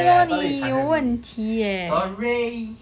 对 lor 你有问题 leh